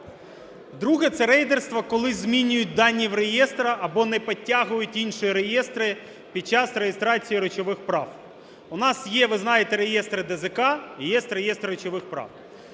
друге – це рейдерство, коли змінюють дані реєстру або не підтягують інші реєстри під час реєстрації речових прав. У нас є, ви знаєте, реєстр ДЗК і є реєстр речових прав.